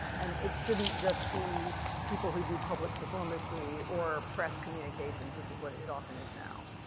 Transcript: and it shouldn't just be people who do public diplomacy or press communications, which is what it often is now.